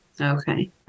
Okay